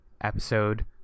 episode